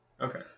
Okay